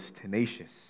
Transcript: tenacious